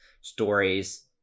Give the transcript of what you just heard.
stories